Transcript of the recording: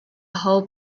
whole